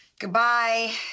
Goodbye